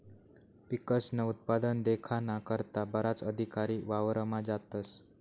पिकस्नं उत्पादन देखाना करता बराच अधिकारी वावरमा जातस